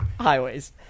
highways